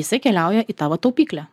jisai keliauja į tavo taupyklę